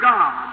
God